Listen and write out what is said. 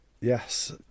Yes